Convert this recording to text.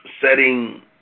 setting